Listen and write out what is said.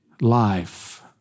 life